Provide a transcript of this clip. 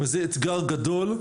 וזה אתגר גדול,